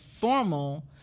formal